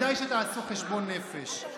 כדאי שתעשו חשבון נפש.